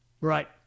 Right